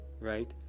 right